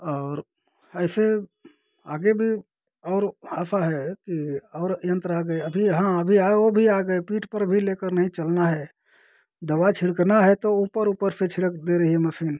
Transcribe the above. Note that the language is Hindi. और ऐसे आगे भी और आशा है कि और यंत्र आ गए अभी हाँ अभी आए ओ भी आ गए पीठ पर भी लेकर नही चलना है दवा छिड़कना है तो ऊपर ऊपर से छिड़क दे रही है मसीन